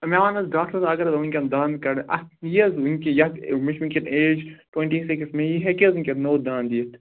مےٚ وون حظ ڈاکٹر صٲب اَگر حظ بہٕ وٕنکٮ۪ن دَند کَڑٕ اَتھ ییی حظ مےٚ یَتھ مےٚ چھِ وٕنکٮ۪ن ایج ٹُوَنٹی سِکِس مےٚ ہیکہِ حظ وٕنکٮ۪س نوٚو دَند یِتھ